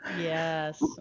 Yes